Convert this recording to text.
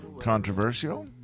controversial